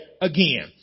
again